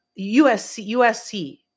USC